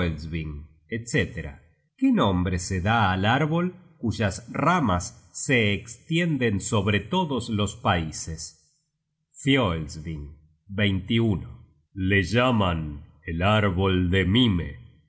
etc qué nombre se da al árbol cuyas ramas se estienden sobre todos los paises fioelsving le llaman el árbol de mime